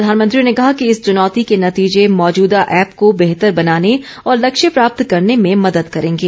प्रधानमंत्री ने कहा कि इस चुनौती के नतीजे मौजूदा ऐप को बेहतर बनाने और लक्ष्य प्राप्त करने में मदद करेंगे